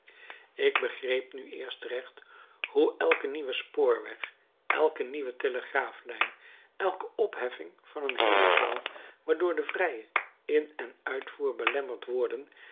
ik begreep nu eerst recht hoe elke nieuwe spoorweg elke nieuwe telegraaflijn elke opheffing van een hinderpaal waardoor de vrije in en uitvoer belemmerd worden